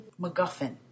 MacGuffin